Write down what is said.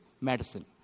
medicine